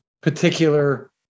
particular